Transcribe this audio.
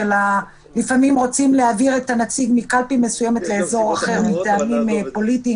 לפעמים רוצים להעביר את הנציג מקלפי מסוימת לאזור אחר מטעמים פוליטיים,